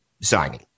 signing